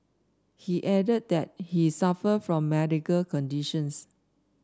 he added that he suffer from medical conditions